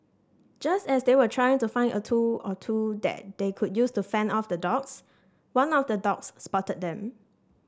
just as they were trying to find a tool or two that they could use to fend off the dogs one of the dogs spotted them